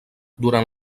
durant